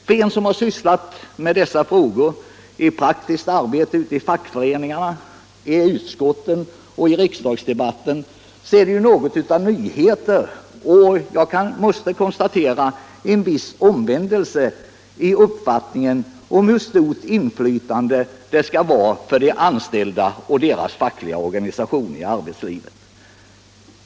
För den som har sysslat med dessa frågor i praktiskt arbete ute i fackföreningarna, i utskottsarbete och i kammardebatterna låter detta som nyheter och en viss omvändelse i uppfattningen om hur stort inflytandet skall vara för de anställda och deras fackliga organisationer i arbetslivet.